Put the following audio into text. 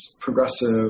progressive